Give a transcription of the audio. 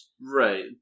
Right